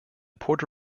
puerto